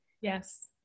Yes